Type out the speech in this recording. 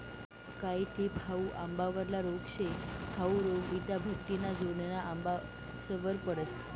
कायी टिप हाउ आंबावरला रोग शे, हाउ रोग इटाभट्टिना जोडेना आंबासवर पडस